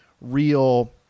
real